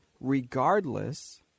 regardless